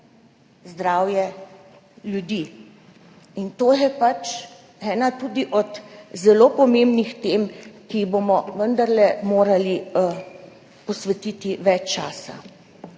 zdravje ljudi. To je pač ena od zelo pomembnih tem, ki ji bomo vendarle morali posvetiti več časa.